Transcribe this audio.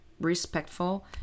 respectful